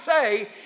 say